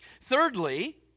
Thirdly